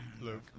Luke